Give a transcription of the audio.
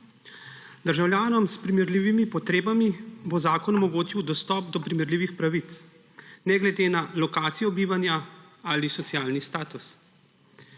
Državljanom s primerljivimi potrebami bo zakon omogočil dostop do primerljivih pravic, ne glede na lokacijo bivanja ali socialni status.